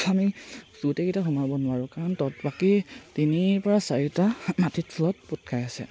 আমি গোটেইকেইটা সোমাব নোৱাৰোঁ কাৰণ তৎ বাকী তিনিৰ পৰা চাৰিটা মাটিৰ তলত পোত খাই আছে